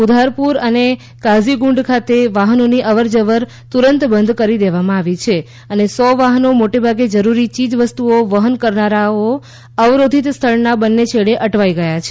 ઉધારપુર અને કાઝીગુંડ ખાતે વાહનોની અવરજવર તુરંત બંધ કરી દેવામાં આવી હતી અને સો વાહનો મોટે ભાગે જરૂરી ચીજવસ્તુઓ વહન કરનારાઓ અવરોધિત સ્થળના બંને છેડે અટવાઈ ગયા છે